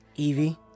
Evie